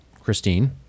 Christine